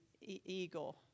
eagle